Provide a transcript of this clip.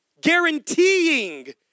guaranteeing